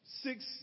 six